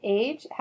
age